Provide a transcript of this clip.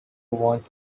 want